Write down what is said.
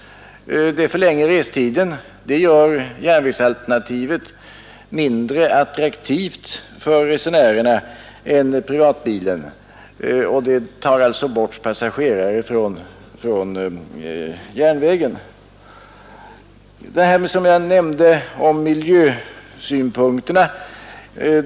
Detta förlänger restiden, vilket för resenärerna gör järnvägsalternativet mindre attraktivt än privatbilen, och därigenom förlorar järnvägen passagerare. Jag nämnde vidare miljösynpunkterna.